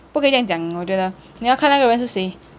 不可以酱讲我觉得你要看那个人是谁